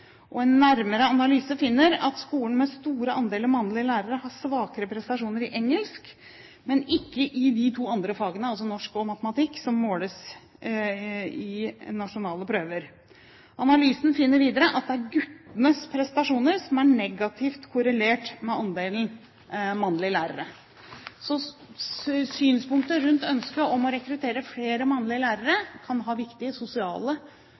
lærere. En nærmere analyse finner at skoler med stor andel mannlige lærere har svakere prestasjoner i engelsk, men ikke i de to andre fagene som måles i nasjonale prøver, altså norsk og matematikk. Analysen finner videre at det er guttenes prestasjoner som er negativt korrelert med andelen mannlige lærere. Så synspunktet rundt ønsket om å rekruttere flere mannlige lærere kan ha viktige, sosiale